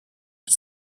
qui